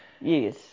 yes